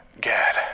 Gad